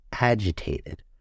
agitated